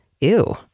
Ew